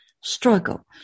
struggle